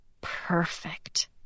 Perfect